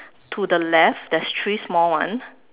to the left there's three small ones